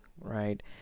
right